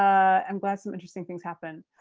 um and glad some interesting things happened.